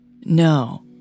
No